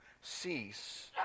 cease